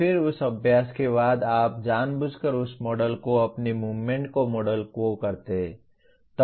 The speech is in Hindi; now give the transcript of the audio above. फिर उस अभ्यास के बाद आप जानबूझकर उस मॉडल को अपने मूवमेंट को मॉडल करते हैं